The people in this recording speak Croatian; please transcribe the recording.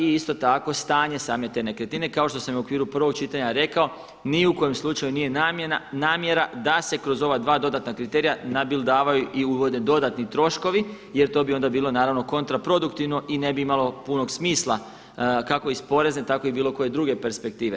I isto tako stanje same te nekretnine kao što sam i u okviru prvog čitanja rekao ni u kojem slučaju nije namjera da se kroz ova dva dodatna kriterija nabildavaju i uvode dodatni troškovi jer to bi onda bilo naravno kontra produktivno i ne bi imalo punog smisla kako iz porezne tako i bilo koje druge perspektive.